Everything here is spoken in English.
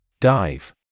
Dive